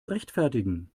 rechtfertigen